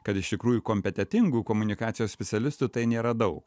kad iš tikrųjų kompetentingų komunikacijos specialistų tai nėra daug